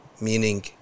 meaning